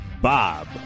Bob